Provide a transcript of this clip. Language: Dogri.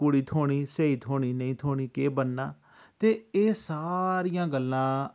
कुड़ी थ्होनी स्हेई थ्होनी नेईं थ्होनी केह् बनना ते एह् सारियां गल्लां